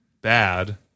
bad